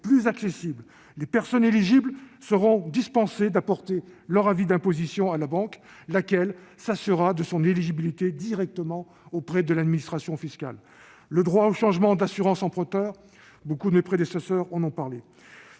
plus accessible. Les personnes éligibles seront dispensées de fournir leur avis d'imposition à leur banque, laquelle s'assurera de leur éligibilité directement auprès de l'administration fiscale. Je ne reviens pas sur le droit de changer d'assurance emprunteur, nombre de mes prédécesseurs en ont parlé.